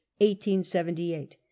1878